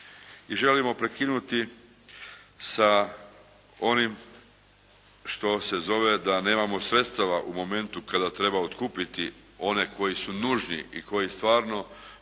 i želimo prekinuti sa onim što se zove da nemamo sredstava u momentu kada treba otkupiti one koji su nužni i koji stvarno